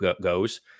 goes